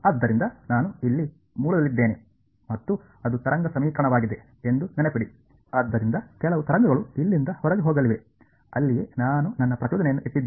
ಆದ್ದರಿಂದ ನಾನು ಇಲ್ಲಿ ಮೂಲದಲ್ಲಿದ್ದೇನೆ ಮತ್ತು ಅದು ತರಂಗ ಸಮೀಕರಣವಾಗಿದೆ ಎಂದು ನೆನಪಿಡಿ ಆದ್ದರಿಂದ ಕೆಲವು ತರಂಗಗಳು ಇಲ್ಲಿಂದ ಹೊರಗೆ ಹೋಗಲಿವೆ ಅಲ್ಲಿಯೇ ನಾನು ನನ್ನ ಪ್ರಚೋದನೆಯನ್ನು ಇಟ್ಟಿದ್ದೇನೆ